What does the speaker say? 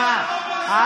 שש פעמים.